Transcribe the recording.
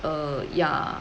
err ya